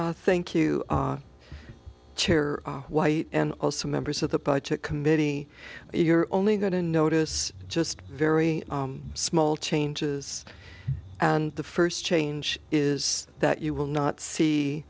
thank you chair white and also members of the budget committee you're only going to notice just very small changes and the first change is that you will not see